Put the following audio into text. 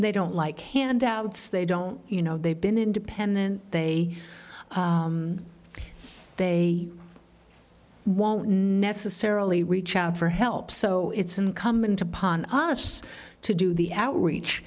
they don't like handouts they don't you know they've been independent they they are won't necessarily reach out for help so it's incumbent upon us to do the outreach